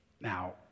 Now